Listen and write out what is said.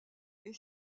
est